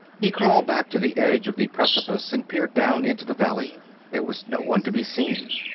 he crawled back to the edge of the precipice and peered down into the valley. there was no one to be seen.